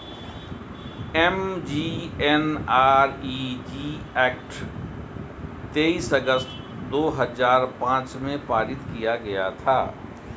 MGNREG act तेईस अगस्त दो हजार पांच में पारित किया गया था